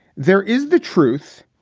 there is the truth.